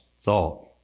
thought